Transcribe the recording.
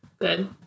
Good